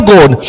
God